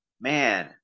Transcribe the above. Man